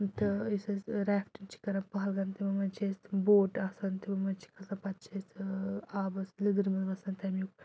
تہٕ یُس اَسہِ ریفٹِنٛگ چھِ کَران پہلگام تِمَن منٛز چھِ أسۍ تِم بوٹ آسان تِمَن منٛز چھِ کھَسان پَتہٕ چھِ أسۍ آبَس لدٕرِ منٛز وَسان تَمیُک